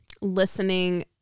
listening